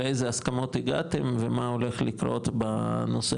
לאיזה הסכמות הגעתם ומה הולך לקרות בנושא